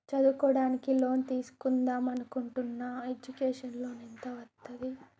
చదువుకోవడానికి లోన్ తీస్కుందాం అనుకుంటున్నా ఎడ్యుకేషన్ లోన్ ఎంత వస్తది?